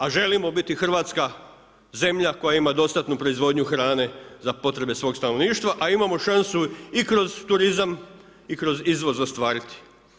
A želimo biti hrvatska zemlja koja ima dostatnu proizvodnju hrane za potrebe svog stanovništva a imamo šansu i kroz turizam i kroz izvoz ostvarit.